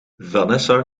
vanessa